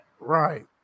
right